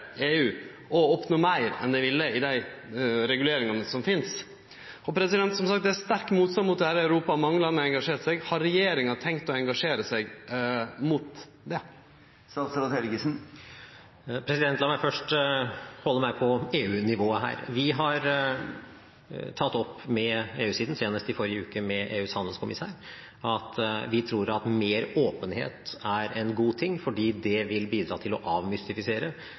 EU og oppnå meir enn dei ville gjort gjennom dei reguleringane som finst. Det er som sagt sterk motstand mot dette i Europa, og mange land har engasjert seg. Har regjeringa tenkt å engasjere seg mot det? La meg først holde meg på EU-nivået: Vi har tatt opp med EU-siden – senest i forrige uke, med EUs handelskommisær – at vi tror at mer åpenhet er en god ting, fordi det vil bidra til å avmystifisere,